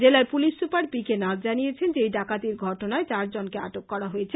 জেলার police super P K Nath জানিয়েছেন যে এই ডাকাতির ঘটনায় চার জনকে আটক করা হয়েছে